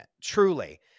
Truly